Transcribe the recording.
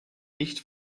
nicht